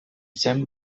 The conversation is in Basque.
zen